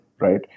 right